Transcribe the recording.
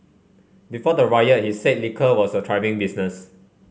before the riot he said liquor was a thriving business